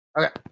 okay